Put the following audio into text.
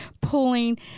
pulling